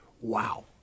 Wow